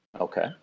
Okay